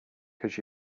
cause